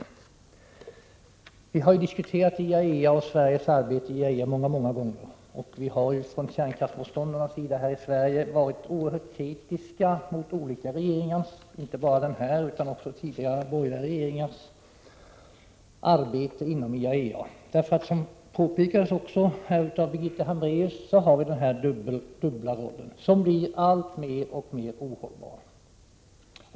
Vi har många gånger diskuterat IAEA och Sveriges arbete i IAEA. Kärnkraftmotståndarna i Sverige har varit oerhört kritiska mot olika regeringars — inte bara den nuvarandes, utan även tidigare, borgerliga regeringars — arbete inom IAEA. Som Birgitta Hambraeus påpekade har IAEA denna dubbla roll, som blir alltmer ohållbar.